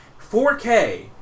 4K